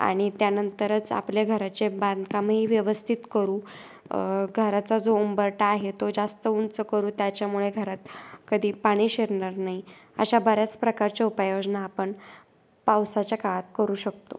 आणि त्यानंतरच आपल्या घराचे बांधकामही व्यवस्थित करू घराचा जो उंबरठा आहे तो जास्त उंच करू त्याच्यामुळे घरात कधी पाणी शिरणार नाही अशा बऱ्याच प्रकारच्या उपायोजना आपण पावसाच्या काळात करू शकतो